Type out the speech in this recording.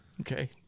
Okay